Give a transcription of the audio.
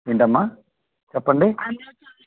ఏంటమ్మా చెప్పండి